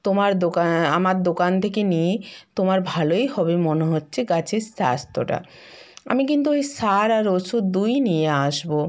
তোমার দোকান আমার দোকান থেকে নিয়ে তোমার ভালোই হবে মনে হচ্চে গাছের স্বাস্থ্যটা আমি কিন্তু ওই সার আর ওষুদ দুইই নিয়ে আসবো